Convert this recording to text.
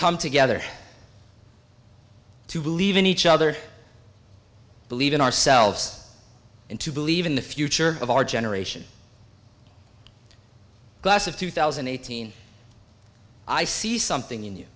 come together to believe in each other believe in ourselves and to believe in the future of our generation class of two thousand and eighteen i see something